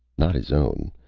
not his own,